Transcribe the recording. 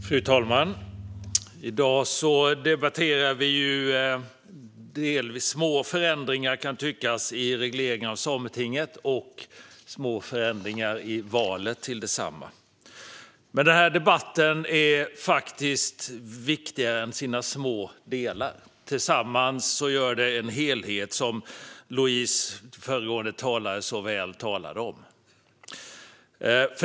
Fru talman! I dag debatterar vi, kan tyckas, små förändringar i regleringen av Sametinget och små förändringar av valet till detsamma. Men denna debatt är faktiskt viktigare än sina små delar. Tillsammans utgör de en helhet som föregående talare Louise så väl talade om.